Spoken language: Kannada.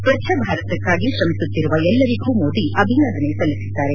ಸ್ವಚ್ದ ಭಾರತಕ್ಕಾಗಿ ತ್ರಮಿಸುತ್ತಿರುವ ಎಲ್ಲರಿಗೂ ಮೋದಿ ಅಭಿನಂದನೆ ಸಲ್ಲಿಸಿದ್ದಾರೆ